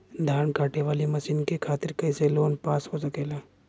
धान कांटेवाली मशीन के खातीर कैसे लोन पास हो सकेला?